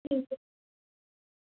ठीक आहे